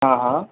हाँ हाँ